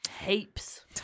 heaps